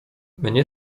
mnie